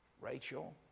Rachel